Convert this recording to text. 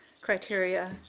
criteria